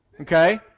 Okay